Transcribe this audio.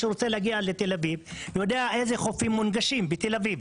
מי שרוצה להגיע לתל אביב יודע איזה חופים מונגשים בתל אביב.